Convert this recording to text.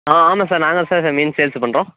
ஆ ஆமாம் சார் நான் தான் சார் மீன் சேல்ஸு பண்ணுறோம்